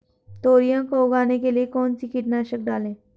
तोरियां को उगाने के लिये कौन सी कीटनाशक डालें?